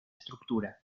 estructura